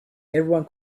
everyone